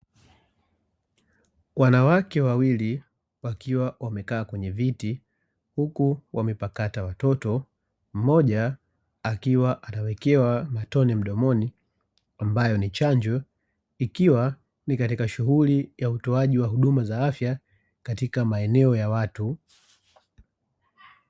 Wanawake wawili wakiwa wamekaa kwenye viti, huku wamepakata watoto, mmoja akiwa anawekewa matone mdomoni ambayo ni chanjo, ikiwa ni katika shughuli ya utoaji wa huduma za afya katika maeneo ya watu.